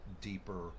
deeper